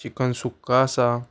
chicken sukka आसा